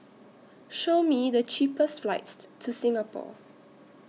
Show Me The cheapest flights to Singapore